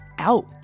Out